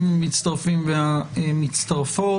החוקה, חוק ומשפט.